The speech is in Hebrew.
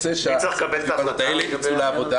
רוצה שה- -- מי צריך לקבל את ההחלטה לגבי ------ יצאו לעבודה